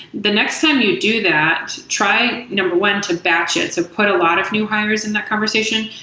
the next time you do that, try, number one, to batch it. so put a lot of new hires in that conversation.